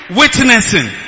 witnessing